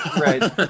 right